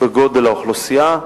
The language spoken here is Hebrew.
בגודל האוכלוסייה,